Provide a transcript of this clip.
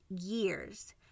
years